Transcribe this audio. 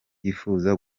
yifuza